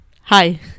Hi